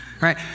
right